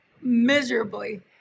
miserably